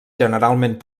generalment